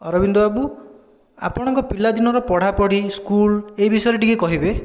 ଅରବିନ୍ଦ ବାବୁ ଆପଣଙ୍କର ପିଲାଦିନର ପଢ଼ାପଢ଼ି ସ୍କୁଲ୍ ଏ ବିଷୟରେ ଟିକିଏ କହିବେ